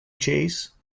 chase